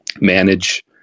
manage